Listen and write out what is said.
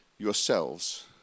Yourselves